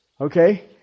Okay